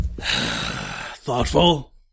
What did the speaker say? Thoughtful